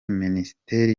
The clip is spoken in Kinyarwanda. minisiteri